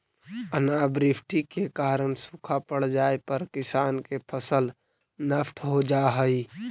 अनावृष्टि के कारण सूखा पड़ जाए पर किसान के फसल नष्ट हो जा हइ